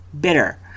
Bitter